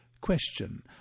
Question